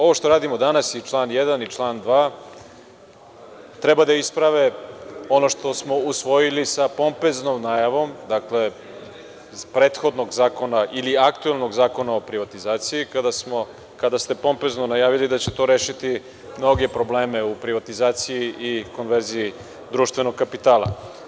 Ovo što radimo danas i član 1. i član 2. treba da isprave ono što smo usvojili sa pompenznom najavom, dakle, prethodnog zakona ili aktuelnog zakona o privatizaciji kada ste pompenzno najavili da će to rešiti mnoge probleme u privatizaciji i konverziji društvenog kapitala.